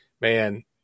man